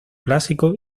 clásico